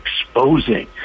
exposing